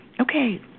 Okay